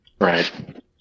right